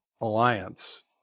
alliance